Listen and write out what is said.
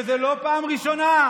וזו לא פעם ראשונה.